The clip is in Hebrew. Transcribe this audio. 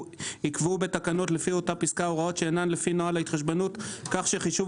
יקבעו לפי אותה פסקה הוראות שאינן לפי נוהל ההתחשבנות כך שחישוב